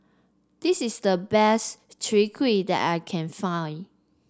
this is the best Chai Kueh that I can find